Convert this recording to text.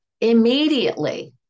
immediately